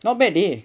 not bad leh